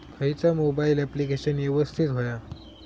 खयचा mobile application यवस्तित होया?